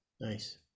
Nice